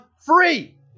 free